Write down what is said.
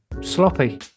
Sloppy